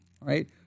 right